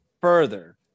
further